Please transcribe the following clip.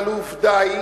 אבל עובדה היא,